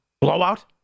blowout